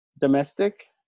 domestic